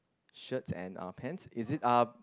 shirt and uh pants is it uh